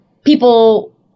People